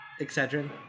Excedrin